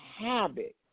habit